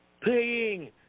paying